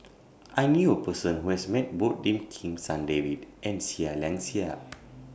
I knew A Person Who has Met Both Lim Kim San David and Seah Liang Seah